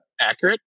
accurate